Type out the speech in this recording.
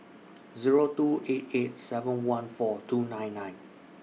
Zero two eight eight seven one four two nine nine